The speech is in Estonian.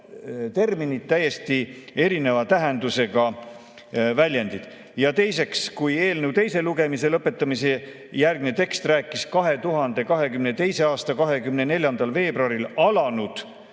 terminid, täiesti erineva tähendusega väljendid. Teiseks, kui eelnõu teise lugemise lõpetamise järgne tekst rääkis 2022. aasta 24. veebruaril alanud